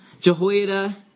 Jehoiada